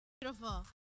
beautiful